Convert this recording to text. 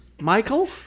Michael